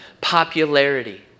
popularity